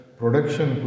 production